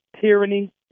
tyranny